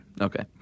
Okay